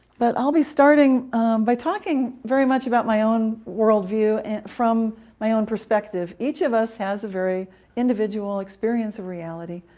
but i'll be starting by talking very much about my own worldview and from my own perspective. each of us has a very individual experience of reality.